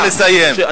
נא לסיים.